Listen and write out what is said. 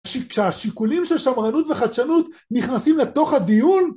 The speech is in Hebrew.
כשהשיקולים של שמרנות וחדשנות נכנסים לתוך הדיון?